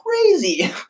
crazy